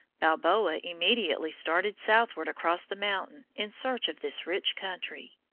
balboa immediately started southward across the mountains in search of this rich country.